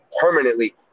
permanently